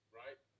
right